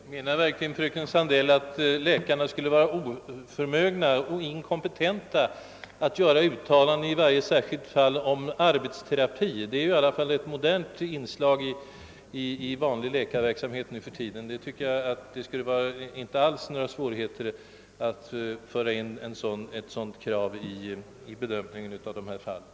Herr talman! Menar verkligen fröken Sandell att läkarna skulle vara oförmögna eller inkompetenta att göra uttalanden i varje särskilt fall om behovet av arbetsterapi? Sådan terapi är i alla fall ett modernt inslag i vanlig läkarverksamhet nu för tiden. Det torde inte alls finnas några svårigheter att föra in ett sådant krav vid bedömningen i varje särskilt fall.